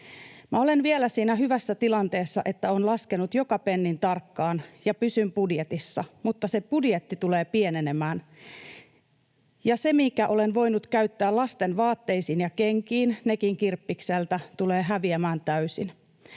Olen vielä siinä hyvässä tilanteessa, että olen laskenut joka pennin tarkkaan ja pysyn budjetissa, mutta se budjetti tulee pienenemään. Ja se, minkä olen voinut käyttää lasten vaatteisiin ja kenkiin, nekin kirppikseltä, tulee häviämään täysin.